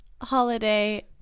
holiday